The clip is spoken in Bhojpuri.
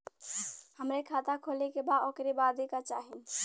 हमके खाता खोले के बा ओकरे बादे का चाही?